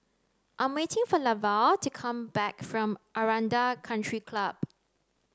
I am waiting for Levar to come back from Aranda Country Club